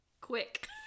quick